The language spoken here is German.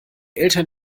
eltern